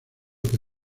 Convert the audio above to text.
que